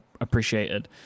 appreciated